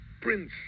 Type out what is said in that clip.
prince